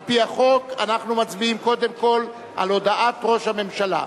ועל-פי החוק אנחנו מצביעים קודם כול על הודעת ראש הממשלה.